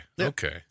Okay